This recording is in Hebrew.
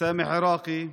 סאמח עיראקי.